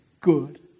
good